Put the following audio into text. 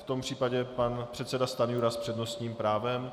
V tom případě pan předseda Stanjura s přednostním právem.